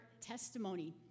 testimony